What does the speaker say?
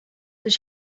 does